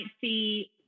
see